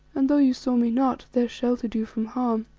and though you saw me not, there sheltered you from harm.